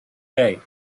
hey